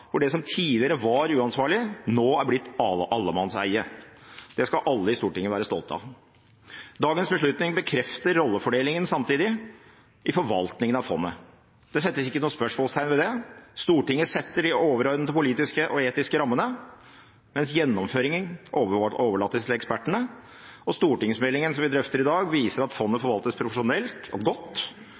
det som tidligere var uansvarlig, nå er blitt allemannseie. Det skal alle i Stortinget være stolte av. Dagens beslutning bekrefter samtidig rollefordelingen i forvaltningen av fondet. Det settes ikke noen spørsmålstegn ved det, Stortinget setter de overordnede politiske og etiske rammene, mens gjennomføringen overlates til ekspertene. Stortingsmeldingen som vi drøfter i dag, viser at fondet forvaltes profesjonelt og godt,